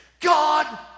God